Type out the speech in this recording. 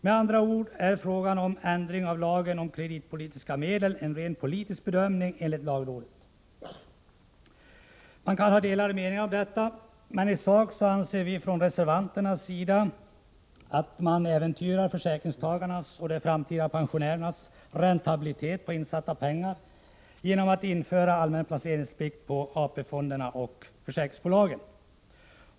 Med andra ord är frågan om ändring av lagen om kreditpolitiska medel en rent politisk fråga, enligt lagrådet. Det kan råda delade meningar om detta, men i sak anser vi från reservanternas sida att man äventyrar försäkringstagarnas och de framtida pensionärernas räntabilitet på insatta pengar genom att införa allmän placeringsplikt på AP-fonderna och försäkringsbolagen.